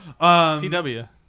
CW